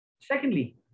Secondly